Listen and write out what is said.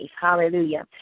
Hallelujah